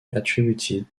attributed